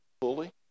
Fully